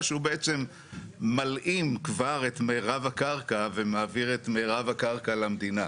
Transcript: שהוא בעצם מלאים כבר את מירב הקרקע ומעביר את מירב הקרקע למדינה,